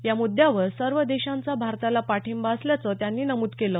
या मुद्यावर सर्व देशांचा भारताला पाठिंबा असल्याचं त्यांनी नमूद केलं